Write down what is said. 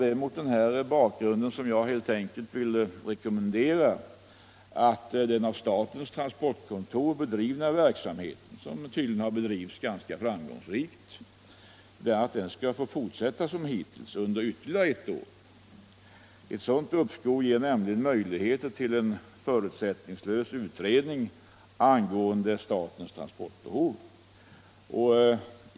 Det är mot denna bakgrund som jag helt enkelt vill rekommendera att den av statens transportkontor bedrivna verksamheten, som tycks ha varit ganska framgångsrik, skall få fortsätta som hittills under ytterligare ett år. Ett sådant uppskov ger nämligen möjligheter till en förutsättningslös utredning angående statens transportbehov.